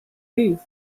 peas